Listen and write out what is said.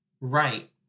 Right